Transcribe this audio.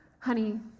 Honey